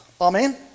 Amen